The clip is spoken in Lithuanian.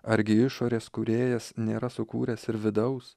argi išorės kūrėjas nėra sukūręs ir vidaus